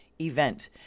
event